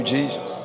Jesus